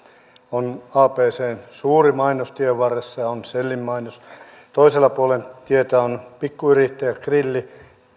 on abcn suuri mainos tienvarressa ja on shellin mainos toisella puolen tietä on pikkuyrittäjägrilli